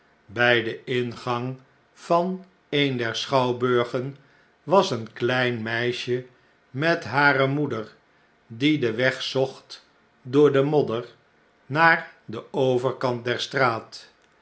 bn den ingang van een der schouwburgen was een klein meisje met hare moeder die den weg zocht door de modder naar denoverkant der straat